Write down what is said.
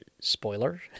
Spoiler